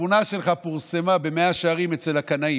התמונה שלך פורסמה במאה שערים אצל הקנאים.